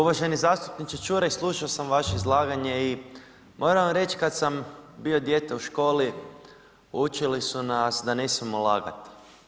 Uvaženi zastupniče Čuraj slušao sam vaše izlaganje i moram vam reći kad sam bio dijete u školi učili su nas da ne smijemo lagat.